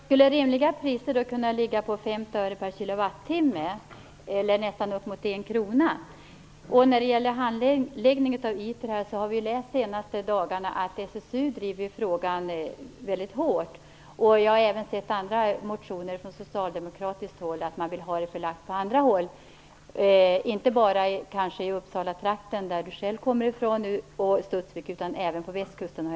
Herr talman! Skulle rimliga priser kunna ligga på 50 öre per kWh eller uppemot 1 krona per kWh? När det gäller handläggningen av frågan om ITER har vi de senaste dagarna kunnat läsa att SSU driver den frågan väldigt hårt. Jag har även sett i motioner från socialdemokratiskt håll att man vill ha det förlagt på andra håll. Jag har sett att man har framfört önskemål om att få det förlagt till Uppsalatrakten, som Barbro Andersson själv kommer ifrån, och Studsvik och även till Västkusten.